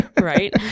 Right